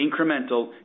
incremental